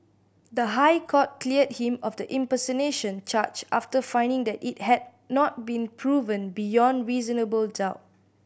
the High Court cleared him of the impersonation charge after finding that it had not been proven beyond reasonable doubt